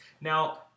Now